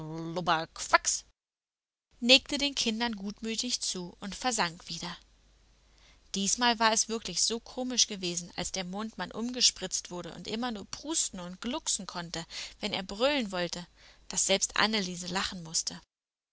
nickte den kindern gutmütig zu und versank wieder diesmal war es wirklich so komisch gewesen als der mondmann umgespritzt wurde und immer nur prusten und glucksen konnte wenn er brüllen wollte daß selbst anneliese lachen mußte